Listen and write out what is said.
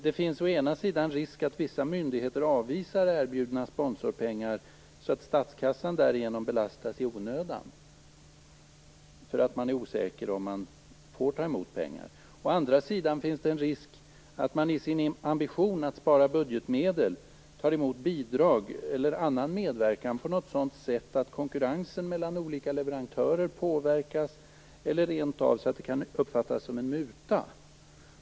Det finns å ena sidan risk att vissa myndigheter avvisar erbjudanden om sponsorpengar så att statskassan därigenom belastas i onödan, eftersom man är osäker på om man får ta emot sponsorpengar. Å andra sidan finns det en risk att man i sin ambition att spara budgetmedel tar emot bidrag eller annan medverkan på sådant sätt att konkurrensen mellan olika leverantörer påverkas, eller så att det rent av kan uppfattas som en muta.